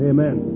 Amen